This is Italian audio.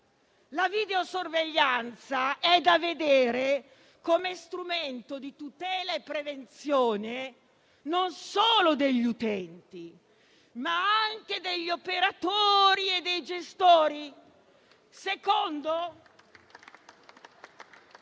la videosorveglianza è da vedere come strumento di tutela e prevenzione non solo degli utenti, ma anche degli operatori e dei gestori